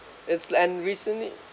its l~ and recently